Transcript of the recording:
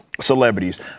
Celebrities